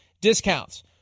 discounts